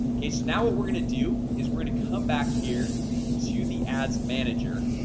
okay. so now what we're gonna do is we're gonna come back here to the ads manager.